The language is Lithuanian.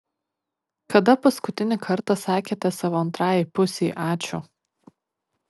kada paskutinį kartą sakėte savo antrajai pusei ačiū